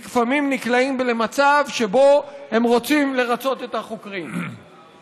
לפעמים נקלעים למצב שבו הם רוצים לרצות את החוקרים,